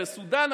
וסודאן,